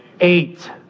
Eight